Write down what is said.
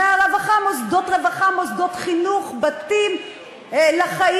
מהרווחה, מוסדות רווחה, מוסדות חינוך, בתים לחיים,